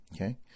Okay